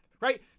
right